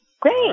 Great